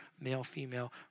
male-female